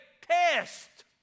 test